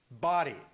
body